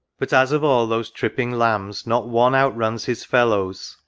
but as of all those tripping lambs not one outruns his fellows,